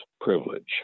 privilege